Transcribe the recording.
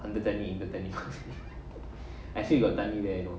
அந்த தண்ணி இந்த தண்ணி:antha thanni intha thanni I still got thanni there you know